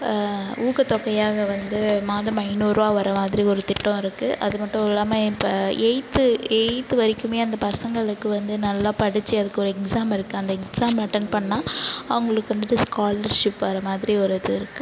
ஊக்கத்தொகையாக வந்து மாதம் ஐநூறுவா வரமாதிரி ஒரு திட்டம் இருக்குது அதுமட்டும் இல்லாமல் இப்போ எய்த் எய்த் வரைக்குமே அந்த பசங்களுக்கு வந்து நல்லா படித்து அதுக்கு ஒரு எக்ஸாம் இருக்குது அந்த எக்ஸாம் அட்டன் பண்ணால் அவங்களுக்கு வந்துட்டு ஸ்காலர்ஷிப் வர மாதிரி ஒரு இது இருக்குது